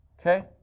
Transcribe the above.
Okay